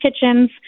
kitchens